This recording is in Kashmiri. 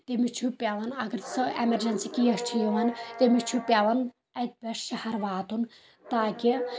تٔمِس چھُ پٮ۪ون اگر سۄ اٮ۪مرجٮ۪نسی کیس چھُ یِوان تٔمِس چھُ پٮ۪وان اتہِ پٮ۪ٹھ شہر واتُن تاکہِ